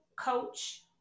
coach